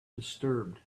disturbed